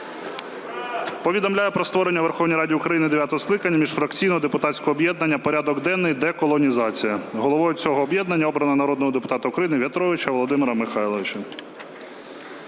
Повідомляю про створення у Верховній Раді України дев'ятого скликання міжфракційного депутатського об'єднання "Порядок денний: деколонізація". Головою цього об'єднання обрано народного депутата України В'ятровича Володимира Михайловича.